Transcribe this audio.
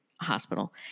hospital